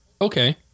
Okay